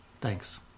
Thanks